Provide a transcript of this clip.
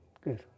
Good